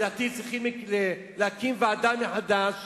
לדעתי צריך להקים ועדה מחדש,